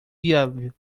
viável